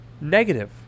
Negative